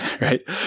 right